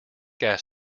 gas